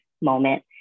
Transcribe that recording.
moment